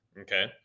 Okay